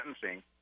sentencing